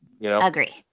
agree